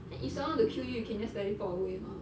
like if someone want to kill you you can just teleport away mah